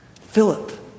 Philip